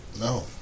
No